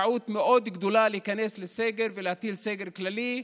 טעות מאוד גדולה, להיכנס לסגר ולהטיל סגר כללי,